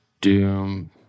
doom